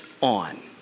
on